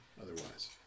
Otherwise